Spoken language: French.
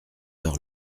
heure